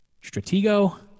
Stratego